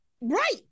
Right